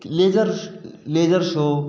laser laser show